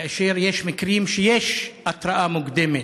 כאשר יש מקרים שיש התראה מוקדמת,